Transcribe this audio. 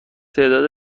تعداد